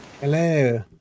Hello